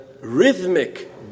rhythmic